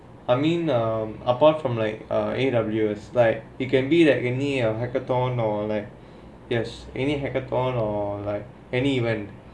I mean uh apart from like A_W_S like it can be like any hackathon or like yes any hackathon or like any event